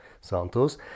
Santos